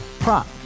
Prop